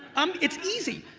i'm, it's easy,